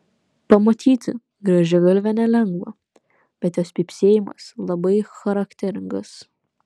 pamatyti grąžiagalvę nelengva bet jos pypsėjimas labai charakteringas